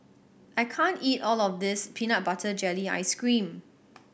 I can't eat all of this peanut butter jelly ice cream